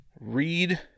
read